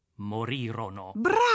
morirono